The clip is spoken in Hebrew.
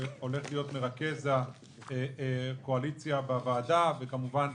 שהולך להיות מרכז הקואליציה בוועדה וכמובן,